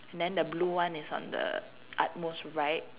then the blue is on the utmost right